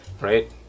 right